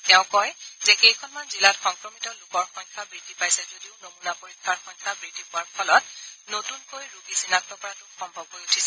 তেওঁ কয় যে কেইখনমান জিলাত সংক্ৰমিত লোকৰ সংখ্যা বৃদ্ধি পাইছে যদিও নমূনা পৰীক্ষাৰ সংখ্যা বৃদ্ধি হোৱাৰ ফলত নতুনকৈ ৰোগী চিনাক্ত কৰাতো সম্ভৱ হৈ উঠিছে